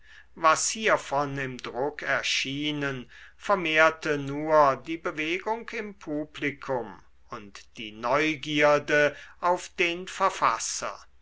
was hiervon im druck erschienen vermehrte nur die bewegung im publikum und die neugierde auf den verfasser